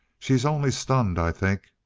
she's only stunned, i think.